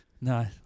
No